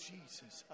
Jesus